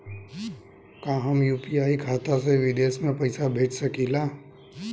का हम यू.पी.आई खाता से विदेश में पइसा भेज सकिला?